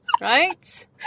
right